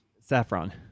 Saffron